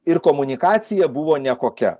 ir komunikacija buvo ne kokia